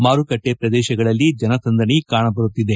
ಮಾರುಕಟ್ಟೆ ಪ್ರದೇಶಗಳಲ್ಲಿ ಜನಸಂದಣೆ ಕಾಣಬರುತ್ತಿದೆ